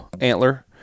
antler